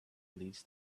leads